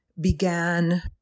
began